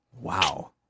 Wow